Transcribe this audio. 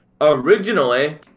Originally